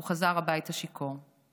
הוא חזר הביתה שיכור.